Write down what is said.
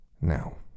Now